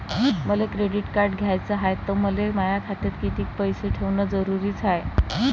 मले credit card घ्याचं हाय, त मले माया खात्यात कितीक पैसे ठेवणं जरुरीच हाय?